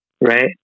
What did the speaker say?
Right